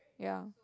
yeah